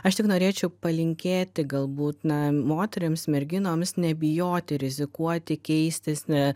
aš tik norėčiau palinkėti galbūt na moterims merginoms nebijoti rizikuoti keistis ne